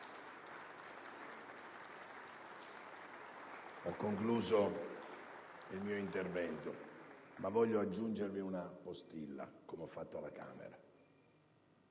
Ho concluso il mio intervento, ma desidero aggiungere una postilla come ho fatto alla Camera.